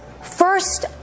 First